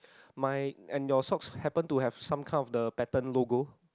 mine and your socks happen to have some kinds of the pattern logo